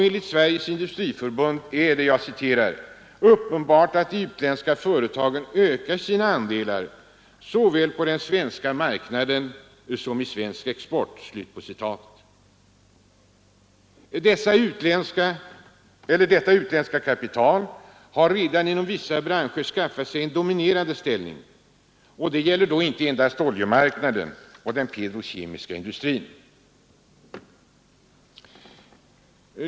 Enligt Sveriges industriförbund är det ”uppenbart att de utländska företagen ökar sina andelar såväl på den svenska marknaden som i svensk export”. Detta utländska kapital har redan inom vissa branscher skaffat sig en dominerande ställning, inte bara då det gäller oljemarknaden och den petrokemiska industrin.